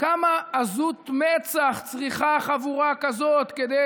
כמה עזות מצח צריכה חבורה כזאת כדי